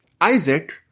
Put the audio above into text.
Isaac